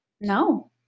No